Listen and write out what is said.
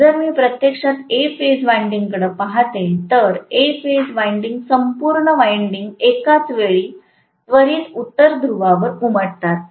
तर जर मी प्रत्यक्षात A फेज वाइंडिंगकडे पाहते तर A फेज वाइंडिंग संपूर्ण वाइंडिंग एकाच वेळी त्वरित उत्तर ध्रुवावर उमटतात